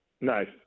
Nice